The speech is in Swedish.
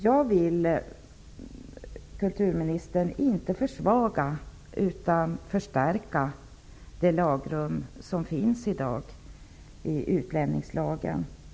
Jag vill inte försvaga utan förstärka det lagrum som i dag finns i utlänningslagen, kulturministern.